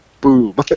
boom